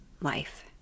life